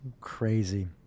crazy